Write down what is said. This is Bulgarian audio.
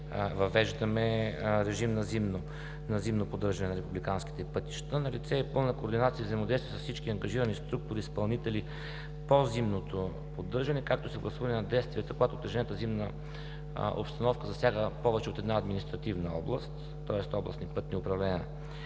въвеждаме режим на зимно поддържане на републиканските пътища. Налице е пълна координация и взаимодействие с всички ангажирани структури и изпълнители по зимното поддържане, както и съгласуване на действията, когато утежнената зимна обстановка засяга повече от една административна област, тоест областни пътни управления.